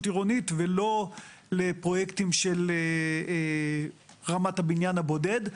עירונית ולא לפרויקטים של רמת הבניין הבודד,